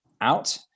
out